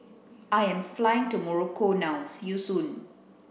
I am flying to Morocco now see you soon